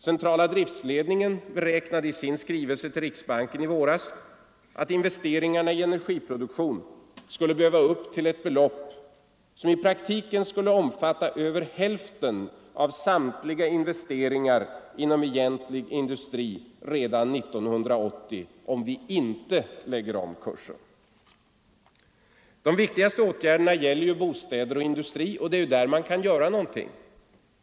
Centrala driftledningen bekräftade i sin skrivelse till riksbanken i våras att investeringarna i energiproduktion skulle behöva komma upp till ett belopp som i praktiken skulle omfatta över hälften av samtliga investeringar inom egentlig industri redan 1980, om vi inte lägger om kursen. De viktigaste åtgärderna gäller bostäder och industri, och det är ju där man kan göra någonting.